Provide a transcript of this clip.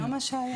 זה לא מה שהיה.